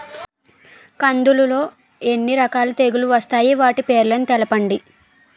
కందులు లో ఎన్ని రకాల తెగులు వస్తాయి? వాటి పేర్లను తెలపండి?